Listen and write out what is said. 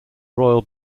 royal